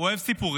הוא אוהב סיפורים.